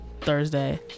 Thursday